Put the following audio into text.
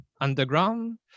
underground